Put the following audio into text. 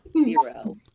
Zero